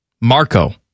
Marco